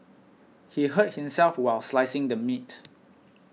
he hurt himself while slicing the meat